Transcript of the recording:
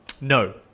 No